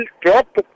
drop